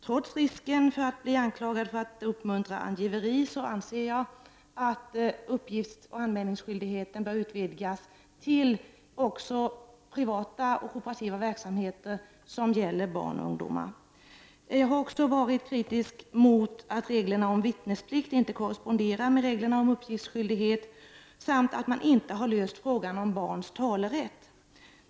Trots risken för att bli anklagad för att uppmuntra angiveri anser jag att uppgiftsoch anmälningsskyldigheten bör utvidgas till att avse också privata och kooperativa verksamheter som berör barn och ungdomar. Jag har vidare varit kritisk mot att reglerna om vittnesplikt inte korresponderar med reglerna om uppgiftsskyldighet samt mot att man inte har löst frågan om barns talerätt.